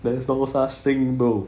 there's no such thing though